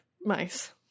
mice